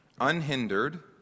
unhindered